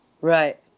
Right